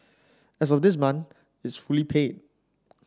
as of this month it's fully paid